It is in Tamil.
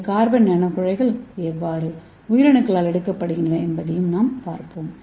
இந்த கார்பன் நானோகுழாய்கள் எவ்வாறு உயிரணுக்களால் எடுக்கப்படுகின்றன என்பதைப் பார்ப்போம்